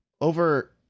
over